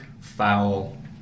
foul